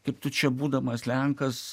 kaip tu čia būdamas lenkas